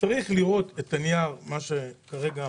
צריך לראות את הנייר שכרגע אמרת,